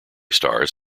stars